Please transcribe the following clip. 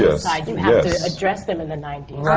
suicide. you have to address them in the nineties. right.